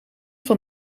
van